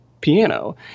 piano